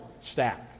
stack